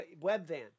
Webvan